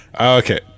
okay